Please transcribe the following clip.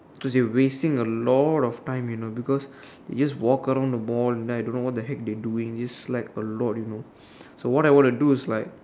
cause they're wasting a lot of time you know because they just walk around the Mall and I don't know what the heck they doing they just slack a lot you know so what I want to do is like